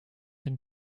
denn